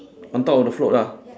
on top of the float lah